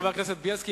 חבר הכנסת בילסקי,